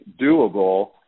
doable